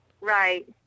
Right